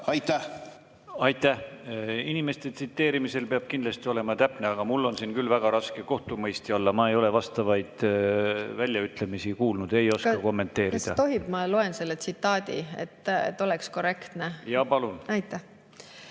Aitäh! Inimeste tsiteerimisel peab kindlasti olema täpne, aga mul on siin küll väga raske kohtumõistja olla, ma ei ole vastavaid väljaütlemisi kuulnud. Ei oska kommenteerida. Kas tohib, ma loen selle tsitaadi ette, et oleks korrektne? Kas tohib,